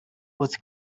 was